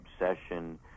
obsession